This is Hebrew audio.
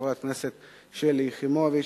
לחברת הכנסת שלי יחימוביץ,